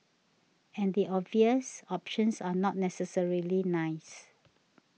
and the obvious options are not necessarily nice